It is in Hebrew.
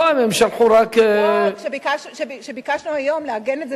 הפעם הם שלחו רק, לא, כשביקשנו היום לעגן את זה